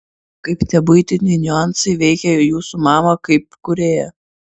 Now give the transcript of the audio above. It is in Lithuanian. kaip tie buitiniai niuansai veikė jūsų mamą kaip kūrėją